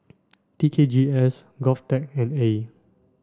T K G S GOVTECH and AYE